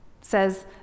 says